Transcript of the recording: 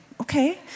okay